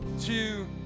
two